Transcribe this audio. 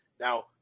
Now